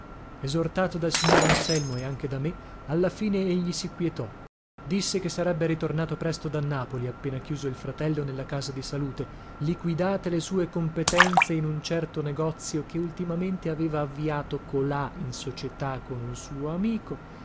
esortato dal signor anselmo e anche da me alla fine egli si quietò disse che sarebbe ritornato presto da napoli appena chiuso il fratello nella casa di salute liquidate le sue competenze in un certo negozio che ultimamente aveva avviato colà in società con un suo amico